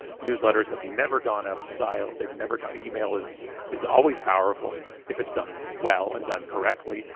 newsletters have never gone out of style. they've never gotten, email is is always powerful if it's done well and done correctly,